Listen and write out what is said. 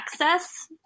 access